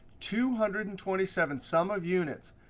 two hundred and twenty seven sum of units,